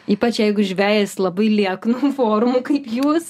ypač jeigu žvejas labai lieknų formų kaip jūs